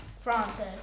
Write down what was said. Frances